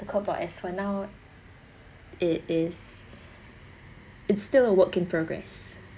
to cope but as for now it is it's still a work in progress